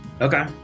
Okay